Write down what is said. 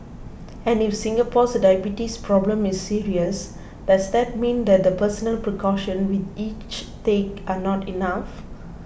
and if Singapore's diabetes problem is serious does that mean that the personal precautions we each take are not enough